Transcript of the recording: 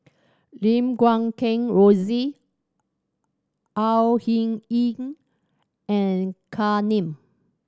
Lim Guat Kheng Rosie Au Hing Yee and Kam Ning